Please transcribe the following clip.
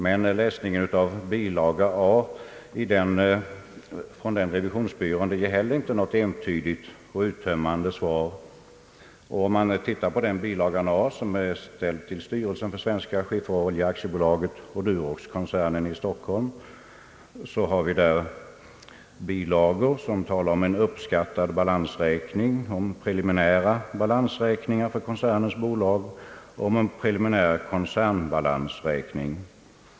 Men läsningen av bilaga A från den revisionsbyrån ger inte heller något entydigt och uttömmande svar. Om man studerar denna bilaga, som är ställd till styrelsen för Svenska skifferolje AB och Duroxkoncernen i Stockholm, finner man att där talas om uppskattad balansräkning, preliminära balansräkningar för koncernens bolag och en preliminär koncernbalansräkning.